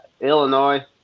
Illinois